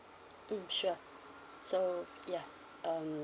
mm sure so ya um